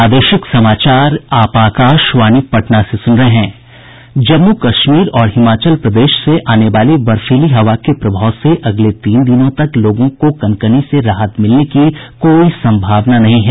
जम्मू कश्मीर और हिमाचल प्रदेश से आने वाली बर्फीली हवा के प्रभाव से अगले तीन दिनों तक लोगों को कनकनी से राहत मिलने की कोई संभावना नहीं है